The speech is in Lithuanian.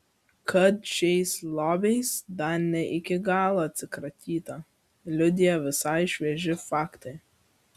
kad šiais lobiais dar ne iki galo atsikratyta liudija visai švieži faktai